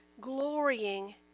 glorying